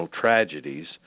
tragedies